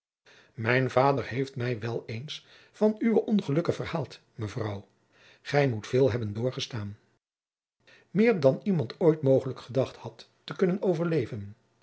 mijn vader heeft mij wel eens van uwe ongelukken verhaald mevrouw gij moet veel hebben doorgestaan meer dan iemand ooit mogelijk gedacht had te kunnen overleven